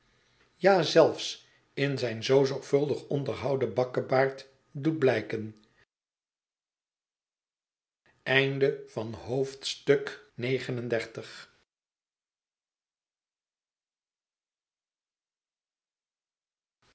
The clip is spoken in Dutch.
ja zelfs in zijn zoo zorgvuldig onderhouden bakkebaard doet blijken